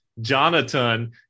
jonathan